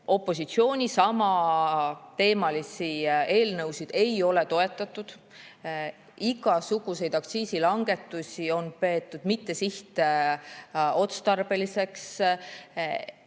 Opositsiooni samateemalisi eelnõusid ei ole toetatud. Igasuguseid aktsiisilangetusi on peetud mittesihtotstarbelisteks